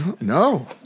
No